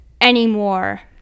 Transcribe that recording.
anymore